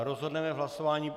Rozhodneme v hlasování.